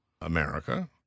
America